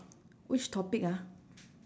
which topic ah